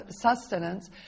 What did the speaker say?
sustenance